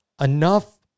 enough